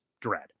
dread